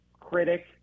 critic